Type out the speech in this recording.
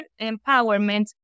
empowerment